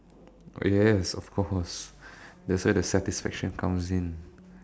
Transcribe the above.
yes of course that's where the satisfaction comes in